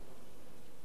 כי האזרחים